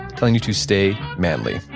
telling you to stay manly